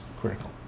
critical